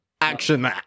Action